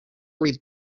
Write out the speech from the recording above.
read